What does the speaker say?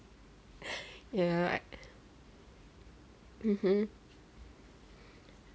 ya mmhmm